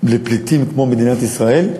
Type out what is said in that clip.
לפליטים כמו מדינת ישראל.